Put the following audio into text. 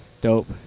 Dope